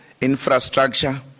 infrastructure